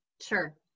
Sure